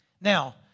Now